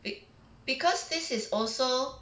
be~ because this is also